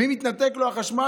ואם התנתק לו החשמל,